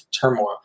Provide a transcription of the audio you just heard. turmoil